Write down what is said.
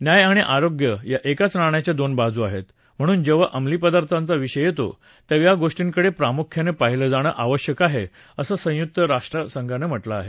न्याय आणि आरोग्य या एकाच नाण्याच्या दोन बाजू आहेत म्हणून जेव्हा अंमली पदार्थांचा विषय येतो तेव्हा या गोष्टींकडे प्रामुख्यानं पाहिलं जाणं आवश्यक आहे असं संयुक्त राष्ट्रसंघानं म्हटलं आहे